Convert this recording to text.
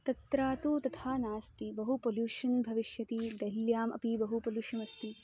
तत्र तु तथा नास्ति बहु पोल्युषन् भविष्यति देहिल्याम् अपि बहु पोल्युषन् अस्ति